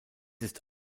ist